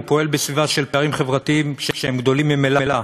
הוא פועל בסביבה של פערים חברתיים שהם גדולים ממילא,